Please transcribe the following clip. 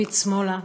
מביט שמאלה,